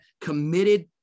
committed